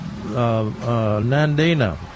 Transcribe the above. nandina